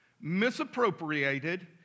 misappropriated